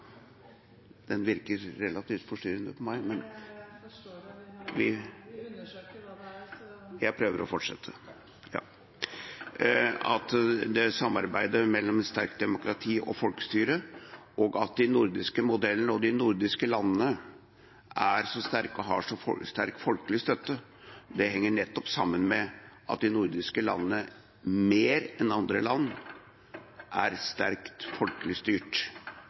den nordiske modellen er så sterke og har en så sterk folkelig støtte, henger sammen med at de nordiske landene – mer enn andre land – er sterkt folkelig styrt,